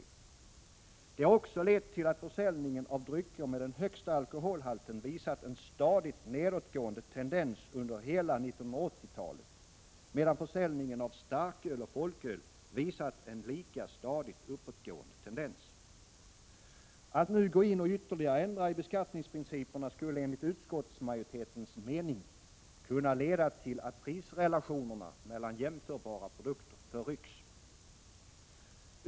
Detta har också lett till att försäljningen av drycker med den högsta alkoholhalten visat en stadigt nedåtgående tendens under hela 1980-talet, medan försäljningen av starköl och folköl visat en lika stadigt uppåtgående tendens. Att nu gå in och ytterligare ändra i beskattningsprinciperna skulle enligt utskottsmajoritetens mening kunna leda till att prisrelationerna mellan jämförbara produkter förrycks.